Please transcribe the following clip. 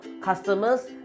customers